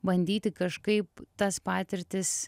bandyti kažkaip tas patirtis